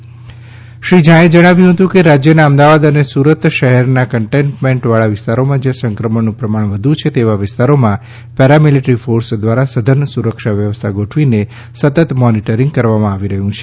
શ્રી શિવાનંદ ઝાએ જણાવ્યું કે રાજ્યના અમદાવાદ અને સુરત શહેરના કન્ટેનમેન્ટવાળા વિસ્તારોમાં જ્યાં સંક્રમણનું પ્રમાણ વધુ છે તેવા વિસ્તારોમાં પેરામિલેટરી ફોર્સ દ્વારા સઘન સુરક્ષા વ્યવસ્થા ગોઠવીને સતત મોનિટરીંગ કરવામાં આવી રહ્યું છે